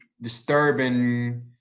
disturbing